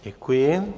Děkuji.